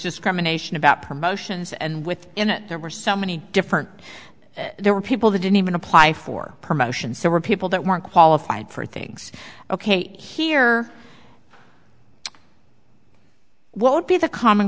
discrimination about promotions and with in it there were so many different there were people who didn't even apply for promotions there were people that weren't qualified for things ok here what would be the common